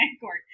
court